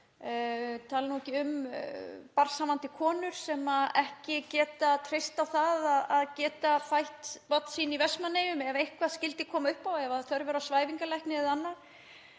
ég tala nú ekki um barnshafandi konur sem ekki geta treyst á það að geta fætt börn sín í Vestmannaeyjum ef eitthvað skyldi koma upp á, ef þörf er á svæfingarlækni eða annað.